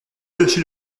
lâcher